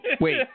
Wait